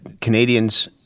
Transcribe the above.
Canadians